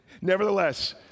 Nevertheless